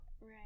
Right